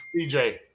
dj